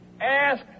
ask